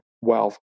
wealth